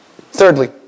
Thirdly